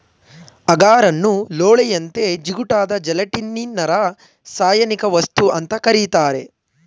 ಅಗಾರನ್ನು ಲೋಳೆಯಂತೆ ಜಿಗುಟಾದ ಜೆಲಟಿನ್ನಿನರಾಸಾಯನಿಕವಸ್ತು ಅಂತ ಕರೀತಾರೆ